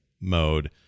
mode